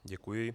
Děkuji.